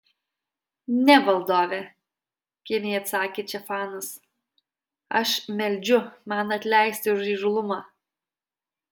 ne valdove kimiai atsakė če fanas aš meldžiu man atleisti už įžūlumą